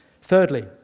Thirdly